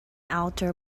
outer